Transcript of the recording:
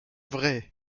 vraie